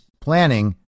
Planning